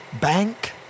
Bank